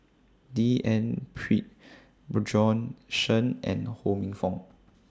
D N Pritt Bjorn Shen and Ho Minfong